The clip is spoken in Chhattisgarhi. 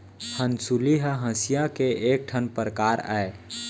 हँसुली ह हँसिया के एक ठन परकार अय